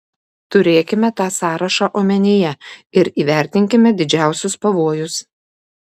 turėkime tą sąrašą omenyje ir įvertinkime didžiausius pavojus